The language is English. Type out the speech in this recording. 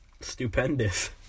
stupendous